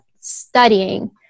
studying